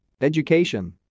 Education